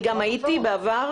אני גם הייתי בעבר